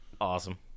Awesome